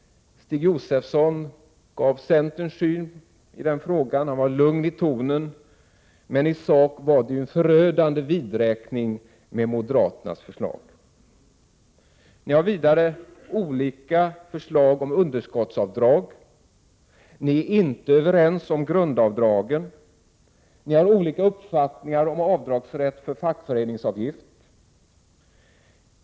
Stig Josefson gav centerns syn i den frågan. Hans anförande var lugnt i tonen, men i sak var det en förödande vidräkning med moderaternas förslag. Ni har vidare olika förslag om underskottsavdrag. Ni är inte överens om grundavdragen. Ni har olika uppfattningar om avdrag för fackföreningsavgift.